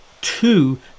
two